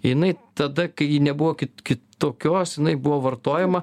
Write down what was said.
jinai tada kai ji nebuvo kitokios jinai buvo vartojama